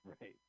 Right